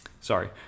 sorry